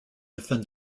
defend